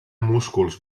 músculs